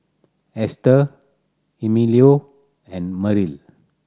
Hester Emilio and Merrill